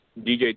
DJ